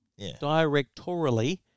directorially